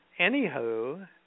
anywho